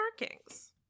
markings